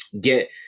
get